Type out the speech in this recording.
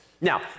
Now